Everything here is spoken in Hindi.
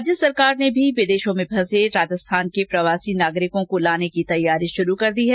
राज्य सरकार ने भी विदेशों में फंसे राजस्थान के प्रवासी नागरिकों को लाने की तैयारी शुरू कर दी है